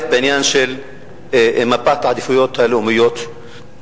עניין מפת העדיפויות הלאומיות,